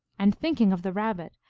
and, thinking of the rabbit,